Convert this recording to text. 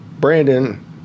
Brandon